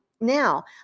now